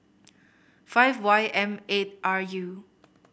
five Y M eight R U